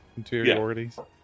interiorities